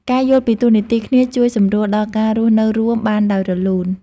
ការយល់ពីតួរនាទីគ្នាជួយសម្រួលដល់ការរស់នៅរួមបានដោយរលូន។